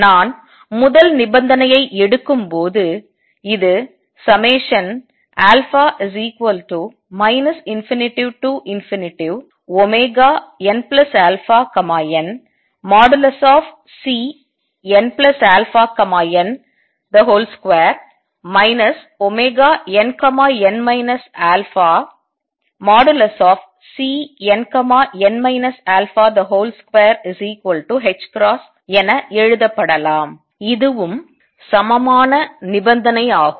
நான் முதல் நிபந்தனையை எடுக்கும் போது இது α ∞nαn|Cnαn |2 nn α|Cnn α |2 என எழுதப்படலாம் இதுவும் சமமான நிபந்தனையாகும்